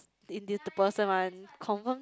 in this person one confirm